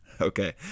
Okay